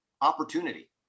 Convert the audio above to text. opportunity